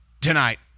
tonight